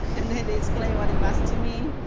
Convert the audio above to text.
and then they explain what in was to me.